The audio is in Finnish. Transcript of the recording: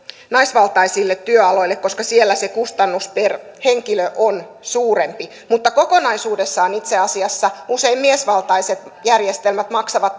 naisvaltaisille työaloille koska siellä se kustannus per henkilö on suurempi mutta kokonaisuudessaan itse asiassa usein miesvaltaiset järjestelmät maksavat